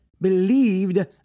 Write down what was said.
believed